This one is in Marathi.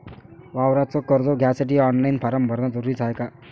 वावराच कर्ज घ्यासाठी ऑनलाईन फारम भरन जरुरीच हाय का?